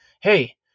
hey